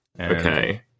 okay